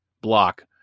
block